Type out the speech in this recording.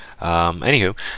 Anywho